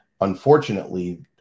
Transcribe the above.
Unfortunately